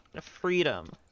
Freedom